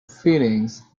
feelings